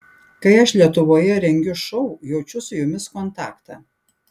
kai aš lietuvoje rengiu šou jaučiu su jumis kontaktą